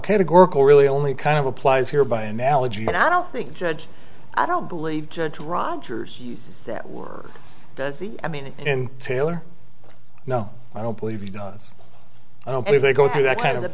categorical really only kind of applies here by analogy but i don't think judge i don't believe judge rogers uses that word does he i mean and taylor no i don't believe he does i don't believe they go t